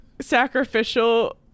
sacrificial